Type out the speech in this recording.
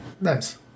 Nice